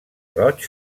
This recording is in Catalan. roig